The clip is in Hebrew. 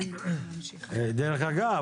דרך אגב,